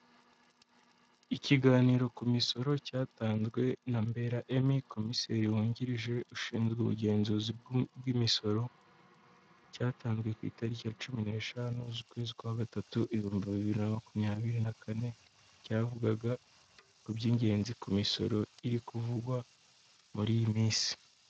Ikiganiro ku misoro cyatanzwe na Mbera Emi, komiseri wungirije ushinzwe ubugenzuzi bw'imisoro cyatanzwe ku itariki ya cumi n'eshanu z'ukwesi kwa gatatu, ibihumbi bibiri na makumyabiri na kane cyavugaga ku by'ingenzi ku misoro iri kuvugwa muri iyi minsi.